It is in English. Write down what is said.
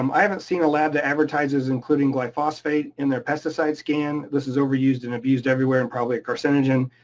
um i haven't seen a lab advertises including like phosphate in their pesticide scan, this is overused and abused everywhere and probably a carcinogen.